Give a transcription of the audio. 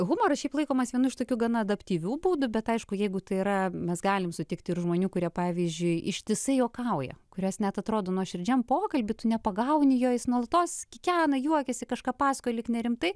humoras šiaip laikomas vienu iš tokių gana adaptyvių būdų bet aišku jeigu tai yra mes galime sutikti ir žmonių kurie pavyzdžiui ištisai juokauja kuriuos net atrodo nuoširdžiam pokalbiui tu nepagauni jo jis nuolatos kikena juokiasi kažką pasakoja lyg nerimtai